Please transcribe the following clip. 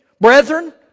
Brethren